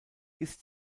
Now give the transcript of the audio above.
ist